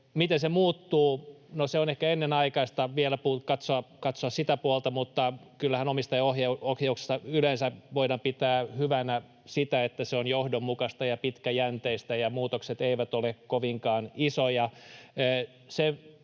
Miten se muuttuu? No, on ehkä ennenaikaista vielä katsoa sitä puolta, mutta kyllähän omistajaohjauksessa yleensä voidaan pitää hyvänä sitä, että se on johdonmukaista ja pitkäjänteistä ja muutokset eivät ole kovinkaan isoja.